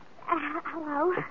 Hello